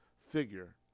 figure –